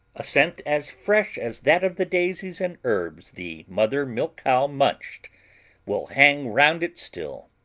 a scent as fresh as that of the daisies and herbs the mother milk cow munched will hang round it still.